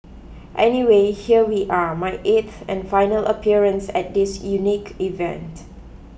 anyway here we are my eighth and final appearance at this unique event